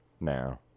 now